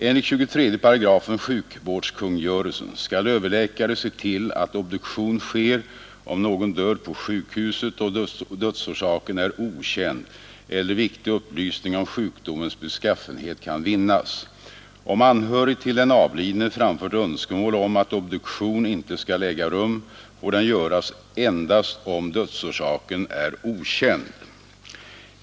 Enligt 23 § sjukvårdskungörelsen skall överläkare se till att obduktion sker om någon dör på sjukhuset och dödsorsaken är okänd eller viktig upplysning om sjukdomens beskaffenhet kan vinnas. Om anhörig till den avlidne framfört önskemål om att obduktion inte skall äga rum får den göras endast om dödsorsaken är okänd.